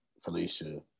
Felicia